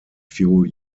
few